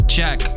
Check